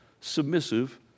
submissive